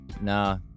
Nah